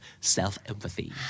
self-empathy